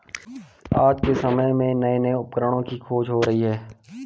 आज के समय में नये नये उपकरणों की खोज हो रही है